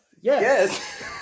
Yes